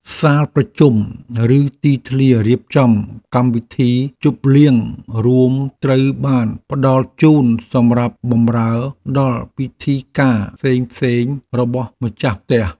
សាលប្រជុំឬទីធ្លារៀបចំកម្មវិធីជប់លៀងរួមត្រូវបានផ្តល់ជូនសម្រាប់បម្រើដល់ពិធីការផ្សេងៗរបស់ម្ចាស់ផ្ទះ។